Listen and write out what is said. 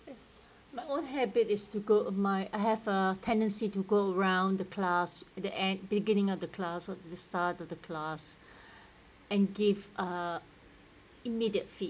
my own habit is to go uh my have a tendency to go round the class the at beginning at the class at the start of the class and give uh immediate